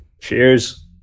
Cheers